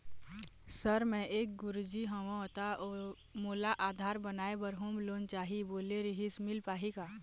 Sir मे एक गुरुजी हंव ता मोला आधार बनाए बर होम लोन चाही बोले रीहिस मील पाही का?